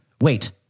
wait